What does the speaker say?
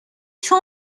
چون